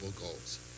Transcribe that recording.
goals